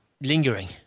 lingering